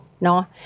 no